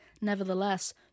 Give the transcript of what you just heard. Nevertheless